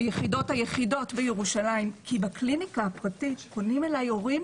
כי בקליניקה הפרטית פונים אליי הורים